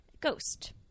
Ghost